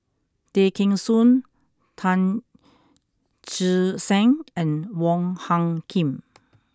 Tay Kheng Soon Tan Che Sang and Wong Hung Khim